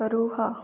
ରୁହ